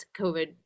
covid